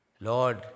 Lord